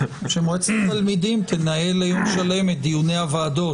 שמועצת התלמידים תנהל יום שלם את דיוני הוועדות.